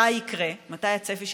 מתי זה יקרה, מה הצפי שלכם?